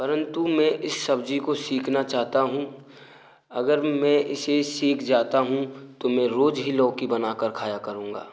परंतु मे इस सब्जी को सीखना चाहता हूँ अगर मैं इसे सीख जाता हूँ तो मैं रोज ही लौकी बनाकर खाया करूँगा